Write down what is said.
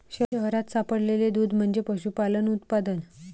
शहरात सापडलेले दूध म्हणजे पशुपालन उत्पादन